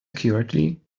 accurately